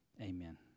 Amen